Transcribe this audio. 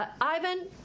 Ivan